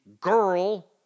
girl